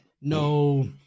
no